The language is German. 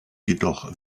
jedoch